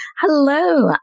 Hello